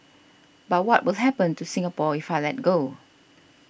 but what will happen to Singapore if I let go